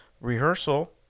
rehearsal